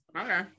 okay